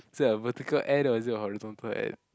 so is it a vertical N or is it a horizontal N